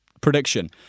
prediction